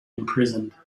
imprisoned